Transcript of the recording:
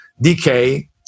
decay